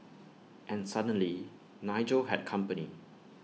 and suddenly Nigel had company